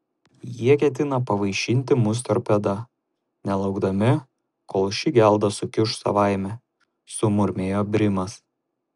jie ketina pavaišinti mus torpeda nelaukdami kol ši gelda sukiuš savaime sumurmėjo brimas